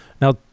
Now